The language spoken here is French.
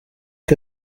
est